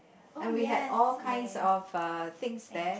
and we had all kinds of uh things there